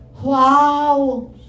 Wow